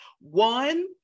One